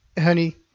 honey